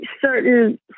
Certain